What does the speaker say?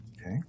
Okay